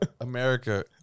America